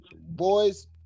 Boy's